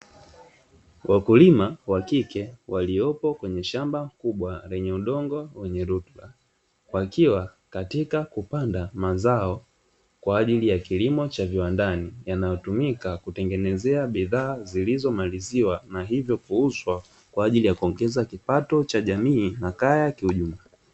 Wakulima wa kike waliopo kwenye shamba kubwa lenye udongo wenye rutuba, wakiwa katika kupanda mazao kwa ajili ya kilimo cha viwandani, yanayotumika kutengenezea bidhaa zilizomaliziwa na hivyo kuuzwa kwa ajili ya kuongeza kipato cha jamii na kaya kiujumla.